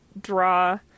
draw